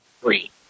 three